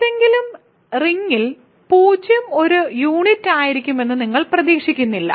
ഏതെങ്കിലും റിങ്ങിൽ 0 ഒരു യൂണിറ്റായിരിക്കുമെന്ന് നിങ്ങൾ പ്രതീക്ഷിക്കുന്നില്ല